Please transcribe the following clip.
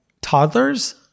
toddlers